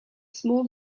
small